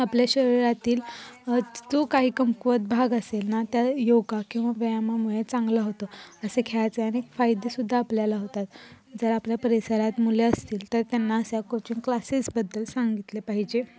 आपल्या शरीरातील जो काही कमकुवत भाग असेल ना त्या योग किंवा व्यायामामुळे चांगला होतो असे खेळायचे अनेक फायदे सुद्धा आपल्याला होतात जर आपल्या परिसरात मुले असतील तर त्यांना असा कोचिंग क्लासेसबद्दल सांगितले पाहिजे